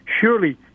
Surely